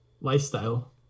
lifestyle